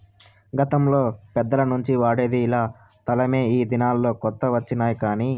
గతంలో పెద్దల నుంచి వాడేది ఇలా తలమే ఈ దినాల్లో కొత్త వచ్చినాయి కానీ